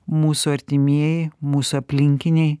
mūsų artimieji mūsų aplinkiniai